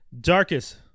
darkest